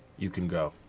you can go.